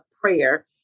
prayer